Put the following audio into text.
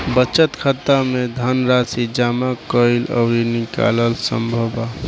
बचत खाता में धनराशि जामा कईल अउरी निकालल संभव बा